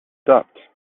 stopped